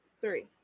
three